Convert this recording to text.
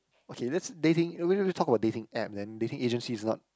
okay let's dating maybe we we talk about dating app then dating agency is not